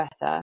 better